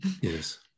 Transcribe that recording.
Yes